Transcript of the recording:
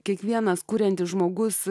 kiekvienas kuriantis žmogus